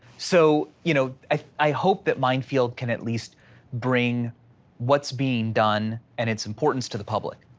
so you know i hope that mind field can at least bring what's being done, and its importance to the public,